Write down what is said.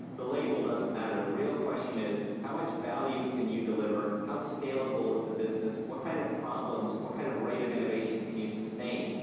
the label doesn't matter, the real question is, how much value can you deliver, how scalable is the business, what kind of problems, what kind of of rate of innovation can you sustain.